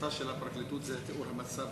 שלשיטתה של הפרקליטות זה תיאור המצב,